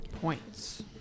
Points